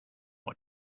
want